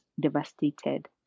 devastated